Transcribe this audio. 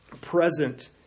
present